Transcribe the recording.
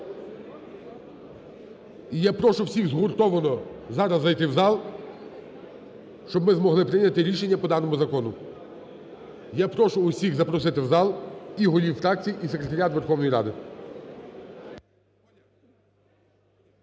І я прошу всіх згуртовано зараз зайти в зал, щоб ми змогли прийняти рішення по даному закону. Я прошу усіх запросити в зал і голів фракцій, і секретаріат Верховної Ради.